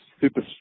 super